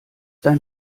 dein